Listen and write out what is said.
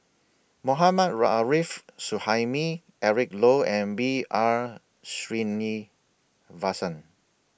Mohammad Ra Arif Suhaimi Eric Low and B R Sreenivasan